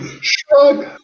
Shrug